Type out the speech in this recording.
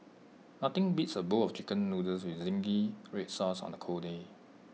nothing beats A bowl of Chicken Noodles with Zingy Red Sauce on A cold day